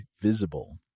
Visible